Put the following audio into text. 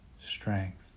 strength